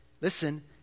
Listen